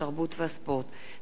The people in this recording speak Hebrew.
התרבות והספורט,